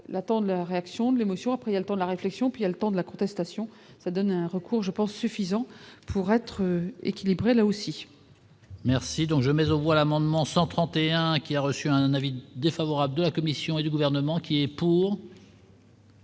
l'attendent la réaction de l'émotion, après le temps de la réflexion qu'il y a le temps de la contestation, ça donne un recours, je pense, suffisant pour être équilibré là aussi. Merci donc je maison voilà Mandement 131 ans, qui a reçu un avis défavorable de la Commission et du gouvernement qui est pour.